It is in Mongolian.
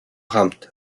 хамт